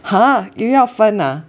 ha 又要分啊